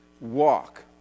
walk